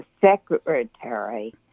secretary